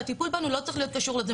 והטיפול בנו לא צריך להיות קשור לזה.